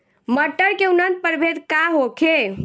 मटर के उन्नत प्रभेद का होखे?